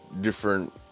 different